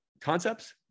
concepts